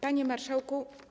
Panie Marszałku!